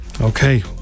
Okay